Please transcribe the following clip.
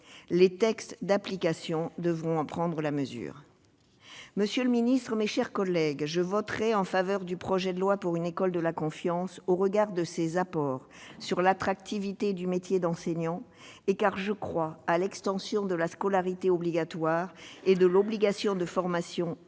Les textes d'application devront en prendre la mesure. Je voterai en faveur du projet de loi pour une école de la confiance, au regard de ses apports pour l'attractivité du métier d'enseignant et parce que je crois à l'extension de la scolarité obligatoire et de l'obligation de formation comme